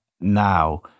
now